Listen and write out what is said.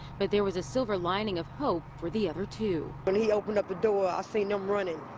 but there was a silver lining of hope for the other two. when he opened up the door, i seen them running,